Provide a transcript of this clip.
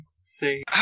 say